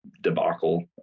debacle